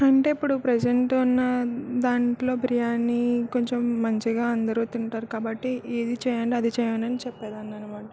అంటే ఇప్పుడు ప్రజెంట్ ఉన్న దాంట్లో బిర్యానీ కొంచెం మంచిగా అందరూ తింటారు కాబట్టి ఇది చేయండి అది చేయండి అని చెప్పేదాన్ని అనమాట